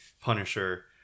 Punisher